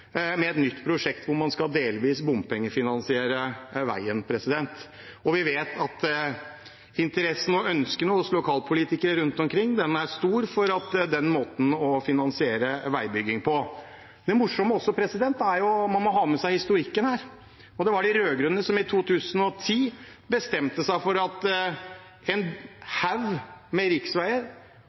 et nytt prosjekt der man delvis skal bompengefinansiere veien. Og vi vet at interessen er stor og ønskene er der hos lokalpolitikere rundt omkring for den måten å finansiere veibygging på. Man må ha med seg historikken her. Det morsomme er jo at det var de rød-grønne som i 2010 bestemte seg for at en haug med riksveier